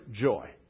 joy